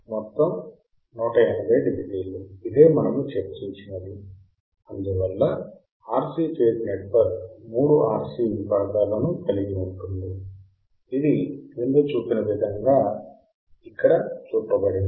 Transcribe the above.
మొత్తము 180 డిగ్రీలు ఇదే మనము చర్చించినది అందువల్ల RC ఫేజ్ నెట్వర్క్ 3 RC విభాగాలను కలిగి ఉంటుంది ఇది క్రింద చూపిన విధంగా ఇక్కడ చూపబడింది